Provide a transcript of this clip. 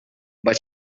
but